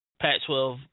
Pac-12